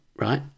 Right